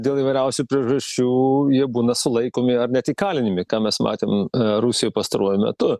dėl įvairiausių priežasčių jie būna sulaikomi ar net įkalinami ką mes matėm rusijoj pastaruoju metu